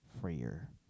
freer